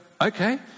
okay